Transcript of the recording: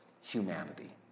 humanity